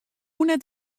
net